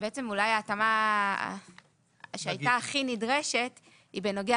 שאולי ההתאמה שהייתה הכי נדרשת היא בנוגע